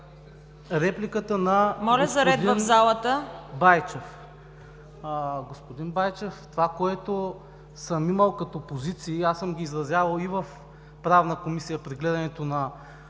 Байчев. Господин Байчев, това, което съм имал като позиции, аз съм ги изразявал и в Правна комисия при гледането на